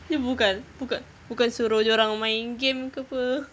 ni bukan bukan bukan suruh dorang main game ke [pe]